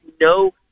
no